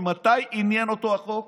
ממתי עניין אותו החוק?